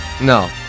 No